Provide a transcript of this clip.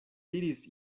diris